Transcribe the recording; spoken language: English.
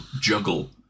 juggle